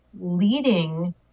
leading